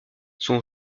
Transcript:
son